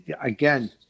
again